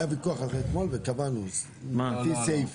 היה ויכוח על זה אתמול וקבענו, לפי סעיף.